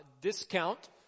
discount